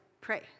pray